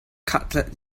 cutlet